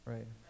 Right